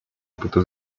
опыту